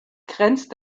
grenzt